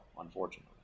unfortunately